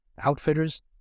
outfitters